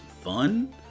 fun